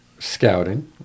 Scouting